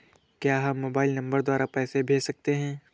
क्या हम mobile number द्वारा पैसे भेज सकते हैं?